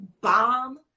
bomb